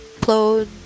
upload